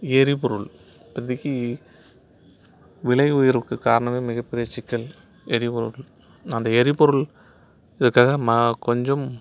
எரிபொருள் இப்போத்திக்கு விலை உயர்வுக்கு காரணமே மிகப்பெரிய சிக்கல் எரிபொருள் அந்த எரிபொருட்காக மா கொஞ்சம்